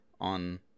on